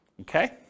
Okay